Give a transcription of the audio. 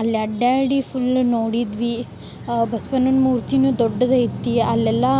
ಅಲ್ಲಿ ಅಡ್ಯಾಡಿ ಫುಲ್ ನೋಡಿದ್ವಿ ಬಸ್ವಣ್ಣನ್ ಮೂರ್ತಿನು ದೊಡ್ಡದೈತಿ ಅಲ್ಲೆಲ್ಲಾ